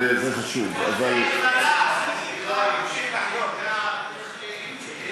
זה חשוב, אבל, תמשיך לחלום, אני